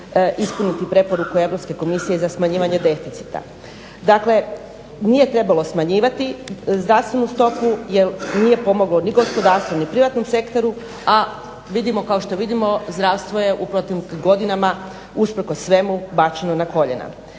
ispuniti preporuku Europske komisije za smanjivanje deficita. Dakle, nije trebalo smanjivati zdravstvenu stopu jer nije pomoglo ni gospodarstvu ni privatnom sektoru, a vidimo kao što vidimo zdravstvo je godinama usprkos svemu bačeno na koljena.